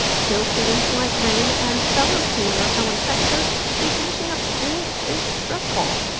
still, students like reine and fellow senior helen textor say finishing up school is stressful.